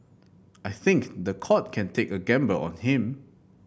I think the court can take a gamble on him